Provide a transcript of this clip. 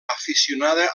aficionada